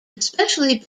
especially